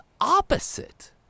opposite